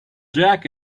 jack